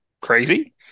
crazy